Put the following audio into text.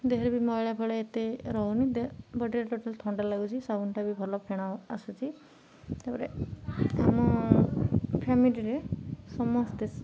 ଦେହରେ ବି ମଇଳା ଫଇଳା ଏତେ ରହୁନି ବଟ୍ ଏ ଟୋଟାଲ୍ ଥଣ୍ଡା ଲାଗୁଚି ସାବୁନଟା ବି ଭଲ ଫେଣ ଆସୁଚି ତା'ପରେ ଆମ ଫ୍ୟାମିଲିରେ ସମସ୍ତେ